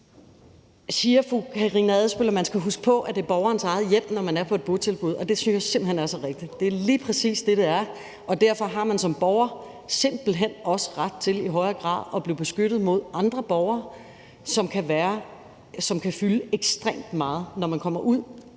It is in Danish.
Adsbøl, at man skal huske på, at det er borgernes eget hjem, når de er på et botilbud, og det synes jeg simpelt hen er så rigtigt. Det er lige præcis det, det er, og derfor har man som borger simpelt hen også ret til i højere grad at blive beskyttet mod andre borgere, som kan fylde ekstremt meget, når man kommer ud